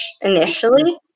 initially